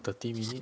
thirty minute